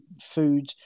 food